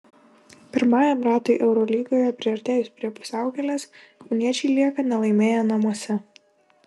pirmajam ratui eurolygoje priartėjus prie pusiaukelės kauniečiai lieka nelaimėję namuose